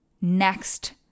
next